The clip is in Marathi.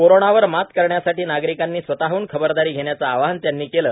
कोरोनावर मात करण्यासाठी नागरिकांनी स्वतःहन खबरदारी घेण्याचं आवाहन त्यांनी केली